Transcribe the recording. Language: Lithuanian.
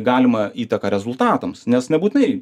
galimą įtaką rezultatams nes nebūtinai